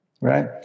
right